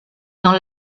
dans